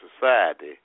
society